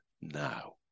now